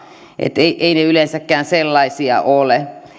eivät ne yleensäkään sellaisia ole